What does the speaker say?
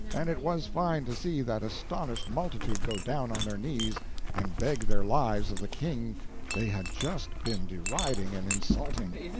and it was fine to see that astonished multitude go down on their knees and beg their lives of the king they had just been deriding and insulting.